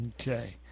okay